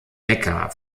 neckar